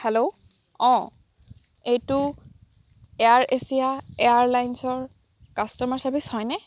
hello অ' এইটো Air Asia air লাইনছৰ কাষ্টমাৰ ছাৰ্ভিচ হয়নে